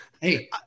Hey